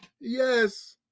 Yes